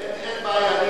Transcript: אין בעיה.